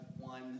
one